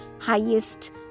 highest